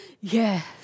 Yes